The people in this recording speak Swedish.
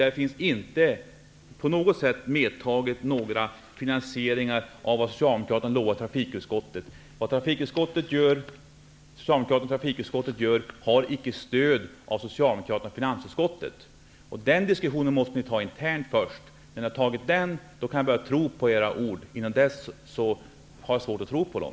Där finns inte någon som helst finansiering när det gäller vad Socialdemokraterna lovat i trafikutskottet. Vad socialdemokraterna i trafikutskottet gör har icke stöd hos socialdemokraterna i finansutskottet. Den diskussionen måste ni först föra internt. När ni har tagit upp den diskussionen kan jag börja tro på era ord. Fram till dess har jag dock svårt att tro på dem.